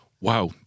Wow